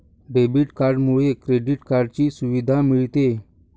debit कार्डमुळे credit कार्डची सुविधा मिळते